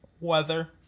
weather